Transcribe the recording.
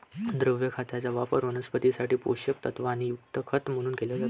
द्रव खताचा वापर वनस्पतीं साठी पोषक तत्वांनी युक्त खत म्हणून केला जातो